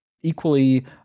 equally